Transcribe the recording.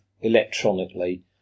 electronically